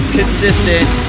consistent